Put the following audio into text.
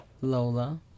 Lola